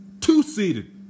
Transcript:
two-seeded